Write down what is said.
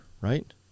right